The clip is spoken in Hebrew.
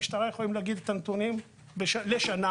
המשטרה תוכל להגיד את הסכום המדויק אבל זה לא סכום גדול.